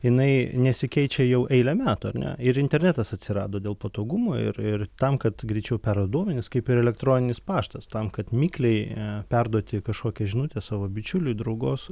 jinai nesikeičia jau eilę metų ar ne ir internetas atsirado dėl patogumo ir ir tam kad greičiau perduot duomenis kaip ir elektroninis paštas tam kad mikliai a perduoti kažkokią žinutę savo bičiuliui draugos